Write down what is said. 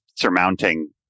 surmounting